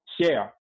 share